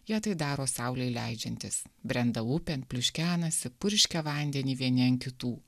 jie tai daro saulei leidžiantis brenda upėn pliuškenasi purškia vandenį vieni ant kitų